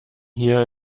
hier